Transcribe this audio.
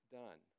done